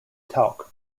talc